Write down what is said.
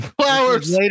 Flowers